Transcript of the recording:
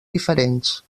diferents